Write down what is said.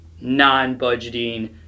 non-budgeting